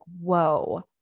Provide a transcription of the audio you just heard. whoa